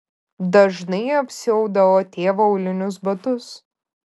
dažnai apsiaudavo tėvo aulinius batus